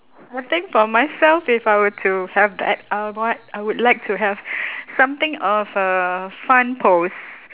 I think for myself if I were to have that I'll want I would like to have something of a fun pose